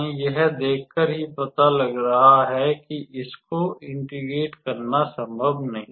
यह देखकर ही पता लग रहा है कि इसको इंटीग्रेट करना संभव नहीं है